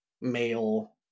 male